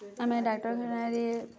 ଆମେ ଡ଼ାକ୍ଟରଖାନାରେ